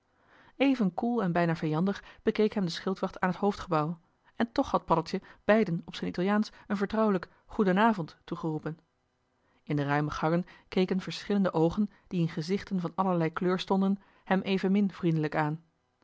even koel en bijna vijandig bekeek hem de schildwacht aan het hoofdgebouw en toch had paddeltje beiden op z'n italiaansch een vertrouwelijk goeden avond toegeroepen in de ruime gangen keken verschillende oogen die in gezichten van allerlei kleur stonden hem evenmin vriendelijk aan